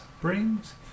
brings